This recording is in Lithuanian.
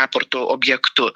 raporto objektu